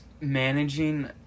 managing